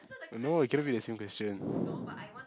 no it cannot be the same question